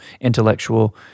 intellectual